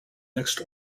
next